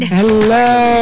hello